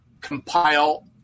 compile